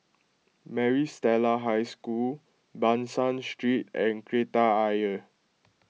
Maris Stella High School Ban San Street and Kreta Ayer